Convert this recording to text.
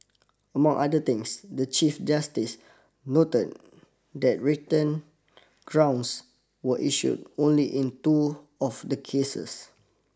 among other things the Chief Justice noted that written grounds were issued only in two of the cases